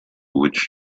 witch